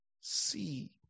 see